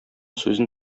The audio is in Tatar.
сүзен